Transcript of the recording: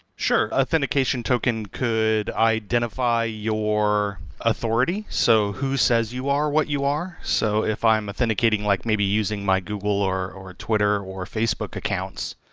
sure. authentication token could identify your authority, so who says you are, what you are. so if i'm authenticating, like maybe using my google or or twitter or facebook accounts,